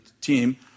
team